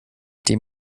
die